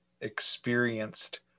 experienced